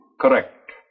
Correct